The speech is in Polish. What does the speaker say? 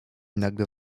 nagle